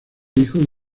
hijo